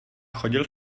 chodil